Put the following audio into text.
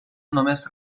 només